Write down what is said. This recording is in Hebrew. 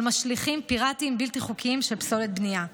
משליכים פיראטיים בלתי חוקיים של פסולת בנייה.